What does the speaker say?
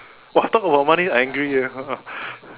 !wah! talk about money I angry ah